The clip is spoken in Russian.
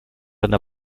одна